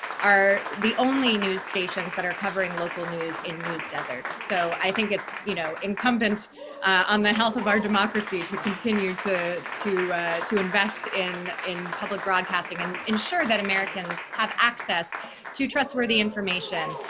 are the only news stations that are covering local news in news deserts. so i think it's you know incumbent on the health of our democracy to continue to to invest in in public broadcasting and ensure that americans have access to trustworthy information.